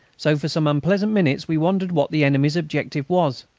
so for some unpleasant minutes we wondered what the enemy's objective was.